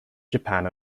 japan